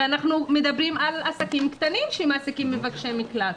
ואנחנו מדברים על עסקים קטנים שמעסיקים מבקשי מקלט.